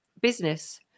business